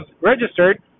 registered